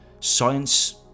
Science